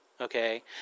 Okay